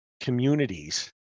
communities